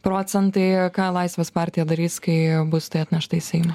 procentai ką laisvės partija darys kai bus tai atnešta į seimą